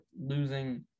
losing